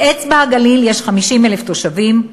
באצבע-הגליל יש 50,000 תושבים,